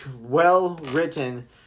well-written